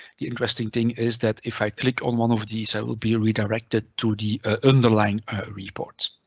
the interesting thing is that if i click on one of these, i will be redirected to the ah underlying report.